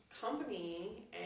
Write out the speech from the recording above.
company